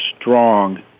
strong